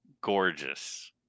gorgeous